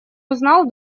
узнал